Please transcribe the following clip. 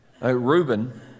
Reuben